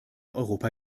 europa